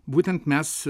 būtent mes